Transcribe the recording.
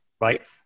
right